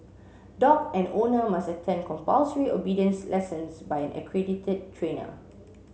dog and owner must attend compulsory obedience lessons by an accredited trainer